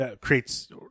creates